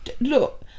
look